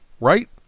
right